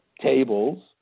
tables